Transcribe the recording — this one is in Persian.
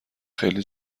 خیلی